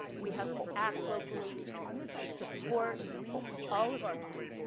we have to act locally to support all of our kids.